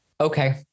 Okay